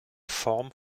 form